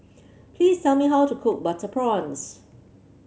please tell me how to cook Butter Prawns